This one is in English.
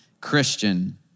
Christian